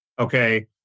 Okay